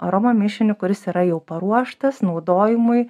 aroma mišinį kuris yra jau paruoštas naudojimui